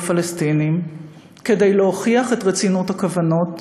הפלסטינים כדי להוכיח את רצינות הכוונות,